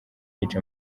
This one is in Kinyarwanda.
yica